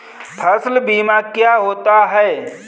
फसल बीमा क्या होता है?